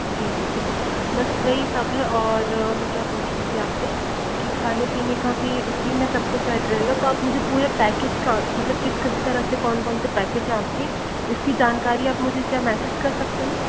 जी जी ठीक है बस वही सब है और मैं क्या पूछ रही थी आप से कि खाने पीने का भी उसी में सब कुछ ऐड रहेगा तो आप मुझे पूरे पैकेज का मतलब किस किस तरह से कौन कौन से पैकेज हैं आपके इसकी जानकारी आप मुझे क्या मैसेज कर सकते हैं